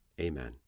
Amen